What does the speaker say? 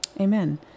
Amen